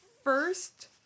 First